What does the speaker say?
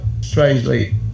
strangely